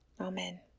Amen